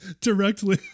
Directly